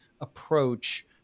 approach